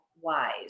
wise